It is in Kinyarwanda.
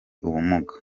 ubumuga